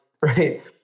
right